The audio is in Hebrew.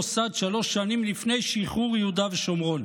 נוסד שלוש שנים לפני שחרור יהודה ושומרון.